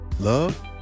love